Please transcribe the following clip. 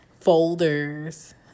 folders